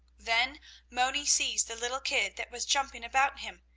then moni seized the little kid, that was jumping about him,